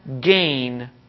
gain